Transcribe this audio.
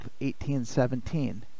1817